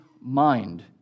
mind